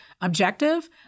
objective